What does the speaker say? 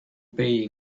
pay